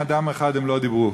ורק עם אדם אחד הם לא דיברו: